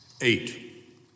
Eight